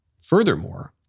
furthermore